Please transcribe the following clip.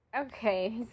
Okay